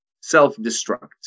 self-destruct